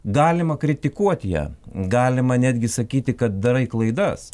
galima kritikuot ją galima netgi sakyti kad darai klaidas